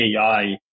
AI